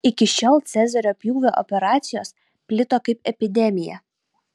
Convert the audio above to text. iki šiol cezario pjūvio operacijos plito kaip epidemija